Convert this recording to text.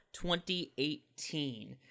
2018